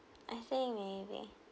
I think maybe